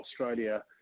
Australia